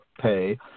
pay